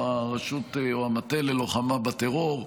או הרשות או המטה ללוחמה בטרור.